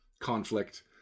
conflict